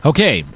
Okay